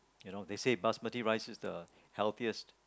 you know they say basmati rice is the healthiest